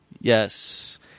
Yes